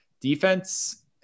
defense